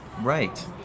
Right